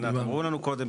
הם אמרו לנו קודם,